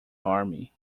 army